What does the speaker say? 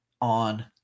on